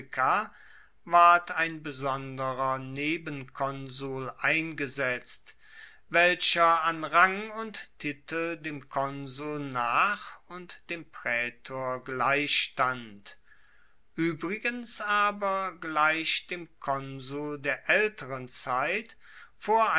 ward ein besonderer nebenkonsul eingesetzt welcher an rang und titel dem konsul nach und dem praetor gleichstand uebrigens aber gleich dem konsul der aelteren zeit vor